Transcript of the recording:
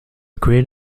grid